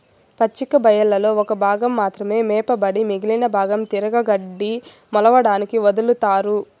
పచ్చిక బయళ్లలో ఒక భాగం మాత్రమే మేపబడి మిగిలిన భాగం తిరిగి గడ్డి మొలవడానికి వదులుతారు